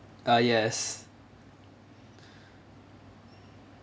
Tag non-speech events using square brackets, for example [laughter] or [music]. uh yes [breath]